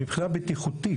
מבחינה בטיחותית.